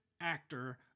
actor